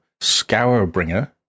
Scourbringer